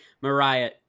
Mariah